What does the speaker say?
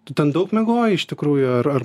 tu ten daug miegojai iš tikrųjų ar ar